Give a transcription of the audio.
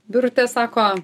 birutė sako